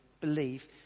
believe